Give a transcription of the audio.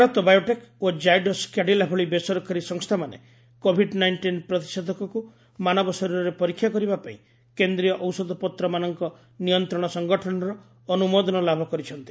Bharat biotech ଓ Zydus Cadila ଭଳି ବେସରକାରୀ ସଂସ୍ଥା ମାନେ କୋଭିଡ୍ ନାଇଷ୍ଟିନ୍ ପ୍ରତିଶେଧକକୁ ମାନବ ଶରୀରରେ ପରୀକ୍ଷା କରିବା ପାଇଁ କେନ୍ଦ୍ରୀୟ ଔଷଧପତ୍ର ମାନଙ୍କ ନିୟନ୍ତ୍ରଣ ସଂଗଠନର ଅନୁମୋଦନ ଲାଭ କରିଛନ୍ତି